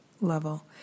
level